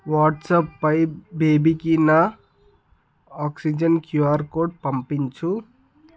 వాట్సాప్పై బేబీకినా oxygen QR code పంపించు